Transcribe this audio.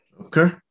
Okay